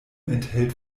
enthält